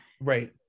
right